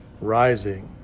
Rising